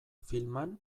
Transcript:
filman